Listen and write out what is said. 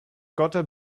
gotta